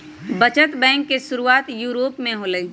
बचत बैंक के शुरुआत यूरोप में होलय